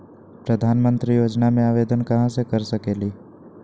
प्रधानमंत्री योजना में आवेदन कहा से कर सकेली?